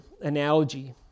analogy